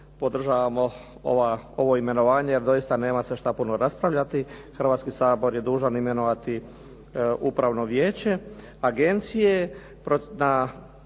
podržavamo ovo imenovanje, jer doista nema se što puno raspravljati. Hrvatski sabor je dužan imenovati Upravno vijeće agencije po